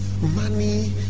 money